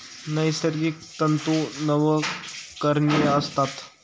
नैसर्गिक तंतू नवीकरणीय असतात